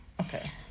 Okay